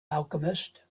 alchemist